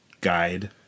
guide